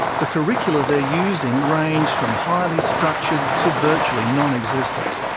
the curricula they're using range from highly structured to virtually non-existent.